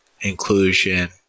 inclusion